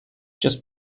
just